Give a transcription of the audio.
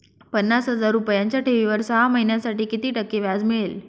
पन्नास हजार रुपयांच्या ठेवीवर सहा महिन्यांसाठी किती टक्के व्याज मिळेल?